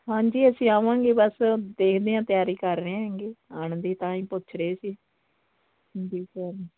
ਹਾਂਜੀ ਅਸੀਂ ਆਵਾਂਗੇ ਬਸ ਦੇਖਦੇ ਹਾਂ ਤਿਆਰੀ ਕਰ ਰਹੇ ਹੈਂਗੇ ਆਉਣ ਦੀ ਤਾਂ ਹੀ ਪੁੱਛ ਰਹੇ ਸੀ